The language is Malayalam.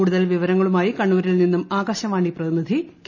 കൂടുതതൽ വിവരങ്ങളുമായി കണ്ണൂരിൽ നിന്നും ആകാശവാണി പ്രതിനിധി കെ